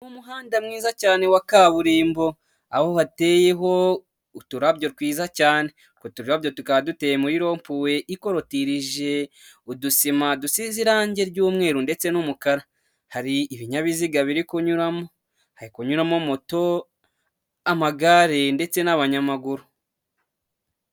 Umuhanda mwiza cyane wa kaburimbo, aho hateyeho uturabyo twiza cyane, utwo turabyo tukaba duteye muri rompuwe ikotirije udusima dusize irangi ry'umweru ndetse n'umukara, hari ibinyabiziga biri kunyuramo, kunyuramo moto, amagare ndetse n'abanyamaguru.